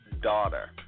daughter